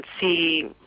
see